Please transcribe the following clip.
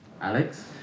Alex